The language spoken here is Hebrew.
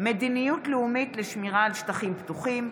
מדיניות לאומית לשמירה על שטחים פתוחים.